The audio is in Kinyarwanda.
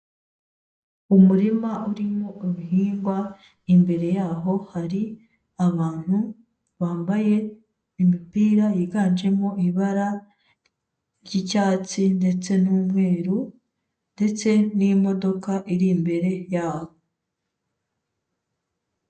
Umurima urimo ibihingwa, imbere yaho hari abantu bambaye imipira yiganjemo ibara ry'icyatsi ndetse n'umweru ndetse n'imodoka iri imbere yabo.